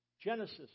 Genesis